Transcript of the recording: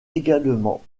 également